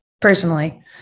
personally